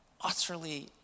utterly